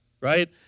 right